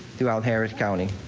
throughout harris county.